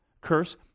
curse